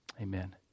Amen